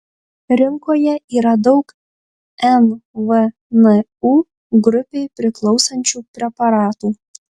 rinkoje yra daug nvnu grupei priklausančių preparatų